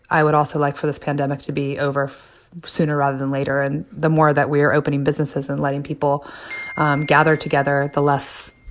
i would also like for this pandemic to be over sooner rather than later. and the more that we are opening businesses and letting people gather together, the less,